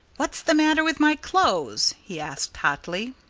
what's the matter with my clothes? he asked hotly.